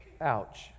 Ouch